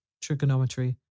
trigonometry